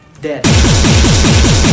Dead